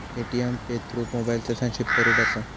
Paytm pay through मोबाईलचा संक्षिप्त रूप असा